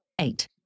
eight